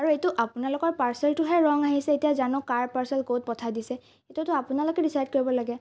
আৰু এইটো আপোনালোকৰ পাৰ্চেলটোহে ৰং আহিছে এতিয়া জানো কাৰ পাৰ্চেল ক'ত পঠাই দিছে এইটোতো আপোনালোকে ডিচাইড কৰিব লাগে